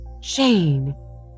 Jane